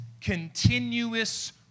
continuous